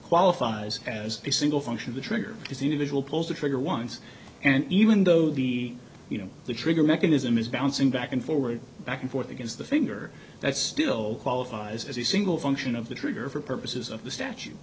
qualifies as a single function of the trigger because individual pulls the trigger once and even though the you know the trigger mechanism is bouncing back and forward back and forth against the finger that's still qualifies as a single function of the trigger for purposes of the statute